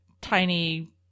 tiny